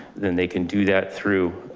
then they can do that through,